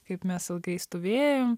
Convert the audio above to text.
kaip mes ilgai stovėjom